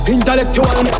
Intellectual